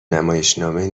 نمایشنامه